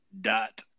dot